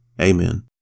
Amen